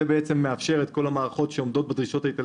זה מאפשר את כל המערכות שעומדות בדרישות האיטלקיות להיכלל.